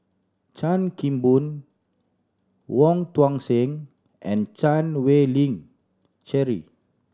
Chan Kim Boon Wong Tuang Seng and Chan Wei Ling Cheryl